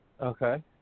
Okay